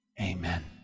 amen